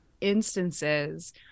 instances